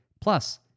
Plus